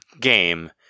game